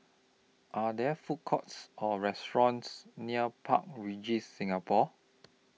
Are There Food Courts Or restaurants near Park Regis Singapore